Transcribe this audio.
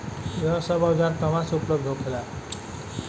यह सब औजार कहवा से उपलब्ध होखेला?